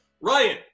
Ryan